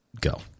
go